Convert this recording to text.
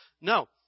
no